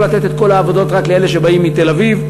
לא לתת את כל העבודות רק לאלה שבאים מתל-אביב.